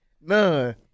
None